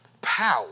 power